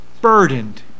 Burdened